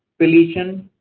religion,